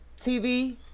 TV